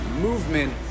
movement